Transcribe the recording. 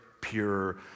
pure